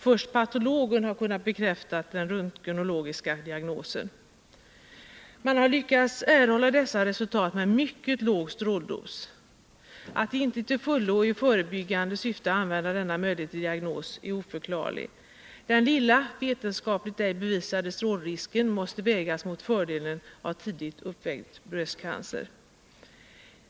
Först patologen har kunnat bekräfta den röntgenologiska diagnosen. Man har lyckats erhålla dessa resultat med mycket låg stråldos. Att inte till fullo i förebyggande syfte använda denna möjlighet till diagnos är oförklarligt. Den lilla, vetenskapligt ej bevisade strålrisken måste vägas mot fördelen av tidigt upptäckt bröstcancer.